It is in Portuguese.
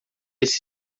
esse